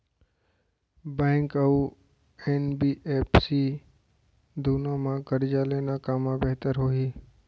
Bank अऊ NBFC दूनो मा करजा लेना कामा बेहतर होही?